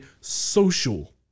social